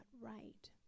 right